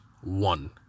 one